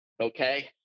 okay